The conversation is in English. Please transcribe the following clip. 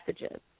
messages